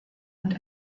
und